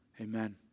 amen